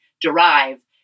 derive